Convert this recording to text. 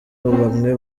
bamwe